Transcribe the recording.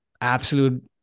absolute